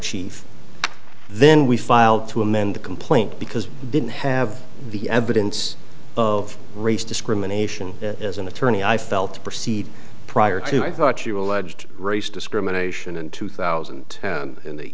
chief then we filed to amend the complaint because didn't have the evidence of race discrimination as an attorney i felt to proceed prior to i thought you alleged race discrimination in two thousand